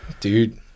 dude